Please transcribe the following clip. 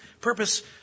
purpose